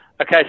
Okay